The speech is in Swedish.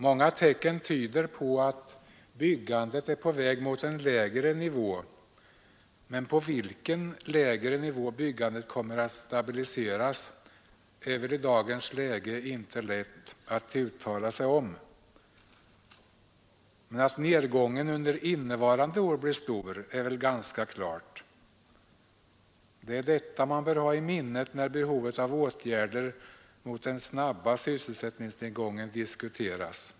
Många tecken tyder på att byggandet är på väg mot en lägre nivå. Men på vilken lägre nivå det kommer att stabiliseras är väl i dag inte lätt att uttala sig om. Att nedgången under innevarande år blir stor är dock ganska klart. Det är detta man bör ha i minnet när behovet av åtgärder mot den snabba sysselsättningsnedgången diskuteras.